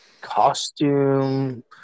costume